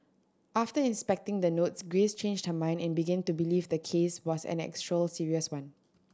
after inspecting the notes Grace changed her mind and begin to believe the case was an actual serious one